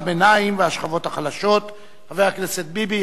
חבר הכנסת ביבי,